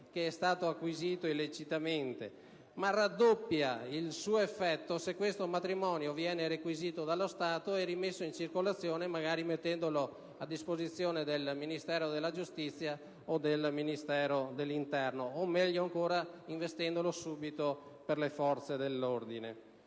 patrimonio acquisito illecitamente: esso raddoppia la sua incisività se questo patrimonio viene requisito dallo Stato e rimesso in circolazione, magari mettendolo a disposizione del Ministero della giustizia, del Ministero dell'interno o, meglio ancora, investendolo subito per le forze dell'ordine.